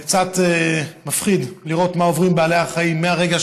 זה קצת מפחיד לראות מה עוברים בעלי החיים מהרגע